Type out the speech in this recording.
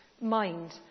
mind